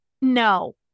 No